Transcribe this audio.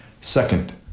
Second